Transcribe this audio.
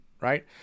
right